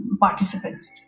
participants